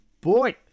boy